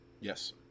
Yes